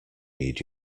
need